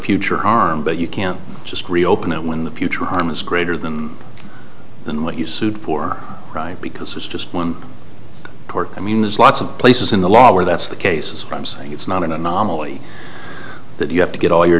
future harm but you can't just reopen it when the future harm is greater than than what you sued for because it's just one tort i mean there's lots of places in the law where that's the case from saying it's not an anomaly that you have to get all your